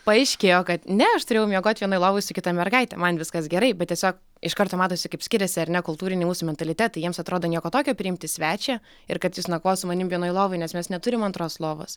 paaiškėjo kad ne aš turėjau miegot vienoj lovoj su kita mergaite man viskas gerai bet tiesiog iš karto matosi kaip skiriasi ar ne kultūriniai mūsų mentalitetai jiems atrodo nieko tokio priimti svečią ir kad jis nakvos su manim vienoj lovoj nes mes neturim antros lovos